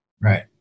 right